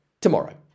tomorrow